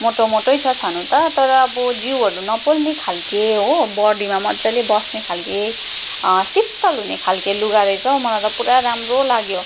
मोटो मोटै छ छनु त हो तर अब जिउहरू नपोल्ने खालको हो बडीमा मज्जाले बस्ने खालको शीतल हुने खालको लुगा रहेछौ मलाई त पुरा राम्रो लाग्यो